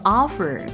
offer